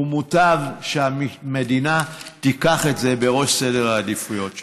ומוטב שהמדינה תיקח את זה בראש סדר העדיפויות שלה.